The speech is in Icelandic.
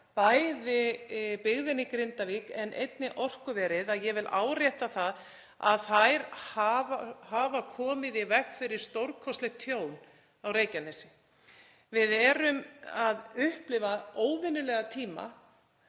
bæði byggðina í Grindavík og einnig orkuverið — ég vil árétta það að þær hafa komið í veg fyrir stórkostlegt tjón á Reykjanesi. Við erum að upplifa óvenjulega tíma